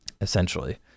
essentially